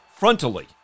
frontally